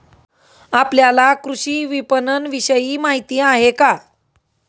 आपल्याला कृषी विपणनविषयी माहिती आहे का?